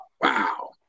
wow